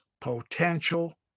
potential